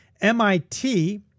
MIT